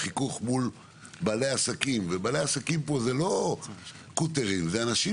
החיכוך מול בעלי העסקים ובעלי העסקים פה זה לא קוטרים אלא אנשים